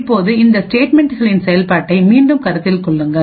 இப்போது இந்த ஸ்டேட்மெண்ட்களின் செயல்பாட்டை மீண்டும் கருத்தில் கொள்ளுங்கள்